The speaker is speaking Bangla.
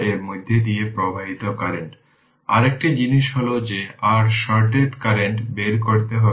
সুতরাং এটি আসলে কারেন্ট i y v2 কারণ এই 2 Ω রেজিস্ট্যান্স এখানে রয়েছে